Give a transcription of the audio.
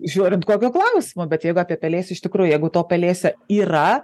žiūrint kokio klausimo bet jeigu apie pelėsį iš tikrųjų jeigu to pelėsio yra